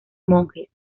monjes